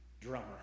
drummer